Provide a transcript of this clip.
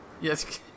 Yes